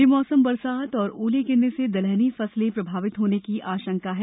बेमौसम बरसात और ओले गिरने से दलहनी फसलें प्रभावित होने की आशंका है